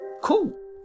cool